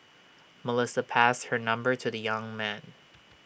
Melissa passed her number to the young man